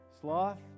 sloth